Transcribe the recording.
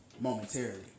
Momentarily